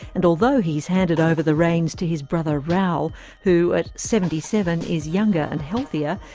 and although he's handed over the reins to his brother raul who, at seventy seven, is younger and healthier,